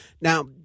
Now